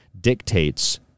dictates